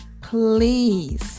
please